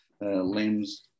limbs